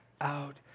out